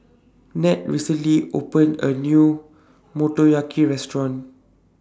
Ned recently opened A New Motoyaki Restaurant